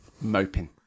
Moping